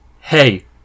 Hey